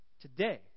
Today